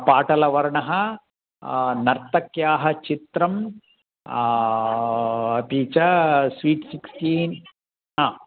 पाटलवर्णः नर्तक्याः चित्रं अपि च स्वीट् सिक्स्टीन् हा